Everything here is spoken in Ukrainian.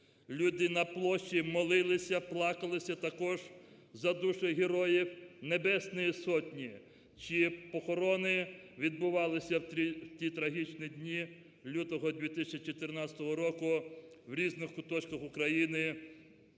Люди на площі молилися. Плакалися також за душі героїв Небесної сотні, чиї похорони відбувалися в ті трагічні дні лютого 2014 року в різних куточках України,